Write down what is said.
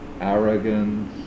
arrogance